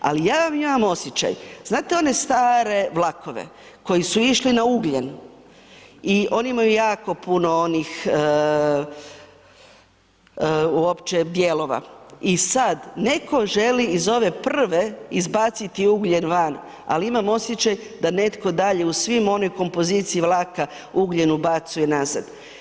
Ali ja vam imam osjećam, znate one stare vlakove koji su išli na ugljen i oni imaju jako puno onih uopće dijelova i sada neko želi iz ove prve izbaciti ugljen van, ali imam osjećaj da netko dalje u svim onoj kompoziciji vlaka ugljen ubacuje nazad.